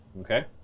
Okay